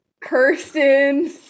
kirsten